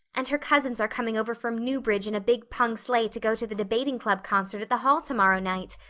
and her cousins are coming over from newbridge in a big pung sleigh to go to the debating club concert at the hall tomorrow night.